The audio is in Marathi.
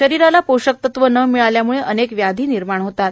शरीराला पोषकतत्वे न मिळाल्याम्ळे अनेक व्याधी निर्माण होतात